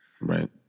Right